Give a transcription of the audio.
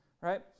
right